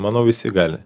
manau visi gali